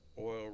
oil